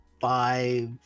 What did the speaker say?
five